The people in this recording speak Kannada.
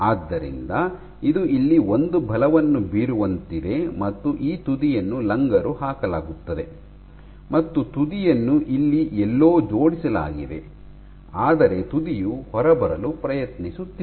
ಆದ್ದರಿಂದ ಇದು ಇಲ್ಲಿ ಒಂದು ಬಲವನ್ನು ಬೀರುವಂತಿದೆ ಮತ್ತು ಈ ತುದಿಯನ್ನು ಲಂಗರು ಹಾಕಲಾಗುತ್ತದೆ ಮತ್ತು ತುದಿಯನ್ನು ಇಲ್ಲಿ ಎಲ್ಲೋ ಜೋಡಿಸಲಾಗಿದೆ ಆದರೆ ತುದಿಯು ಹೊರಬರಲು ಪ್ರಯತ್ನಿಸುತ್ತಿದೆ